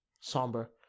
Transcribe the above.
somber